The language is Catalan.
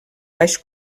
baix